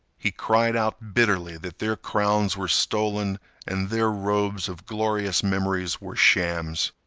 he cried out bitterly that their crowns were stolen and their robes of glorious memories were shams.